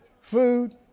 food